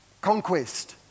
conquest